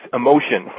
emotion